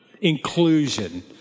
Inclusion